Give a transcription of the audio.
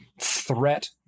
threat